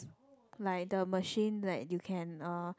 like the machine that you can uh